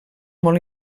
molt